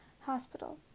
Hospital